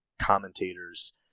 commentators